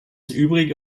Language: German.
übrige